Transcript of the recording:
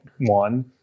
One